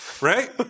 Right